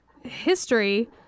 history –